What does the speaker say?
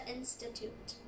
Institute